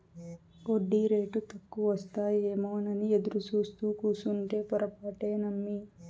ఒడ్డీరేటు తక్కువకొస్తాయేమోనని ఎదురుసూత్తూ కూసుంటే పొరపాటే నమ్మి